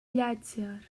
llàtzer